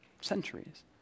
centuries